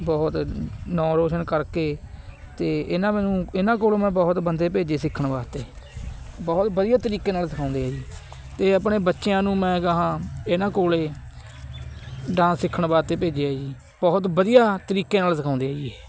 ਬਹੁਤ ਨਾਂ ਰੋਸ਼ਨ ਕਰਕੇ ਅਤੇ ਇਹਨਾਂ ਮੈਨੂੰ ਇਹਨਾਂ ਕੋਲ ਮੈਂ ਬਹੁਤ ਬੰਦੇ ਭੇਜੇ ਸਿੱਖਣ ਵਾਸਤੇ ਬਹੁਤ ਵਧੀਆ ਤਰੀਕੇ ਨਾਲ ਸਿਖਾਉਂਦੇ ਆ ਜੀ ਅਤੇ ਆਪਣੇ ਬੱਚਿਆਂ ਨੂੰ ਮੈਂ ਕਹਾਂ ਇਹਨਾਂ ਕੋਲ ਡਾਂਸ ਸਿੱਖਣ ਵਾਸਤੇ ਭੇਜਿਆ ਜੀ ਬਹੁਤ ਵਧੀਆ ਤਰੀਕੇ ਨਾਲ ਸਿਖਾਉਂਦੇ ਆ ਜੀ